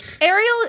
Ariel